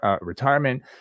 retirement